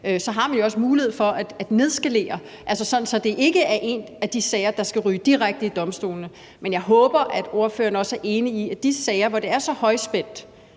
så har man jo også mulighed for at nedskalere, altså sådan at det ikke er en af de sager, der skal ryge direkte til domstolene. Men jeg håber, at ordføreren også er enig i, at i de sager, hvor det er så højspændt,